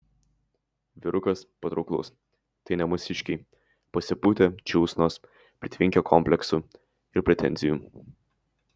vyrukas patrauklus tai ne mūsiškiai pasipūtę džiūsnos pritvinkę kompleksų ir pretenzijų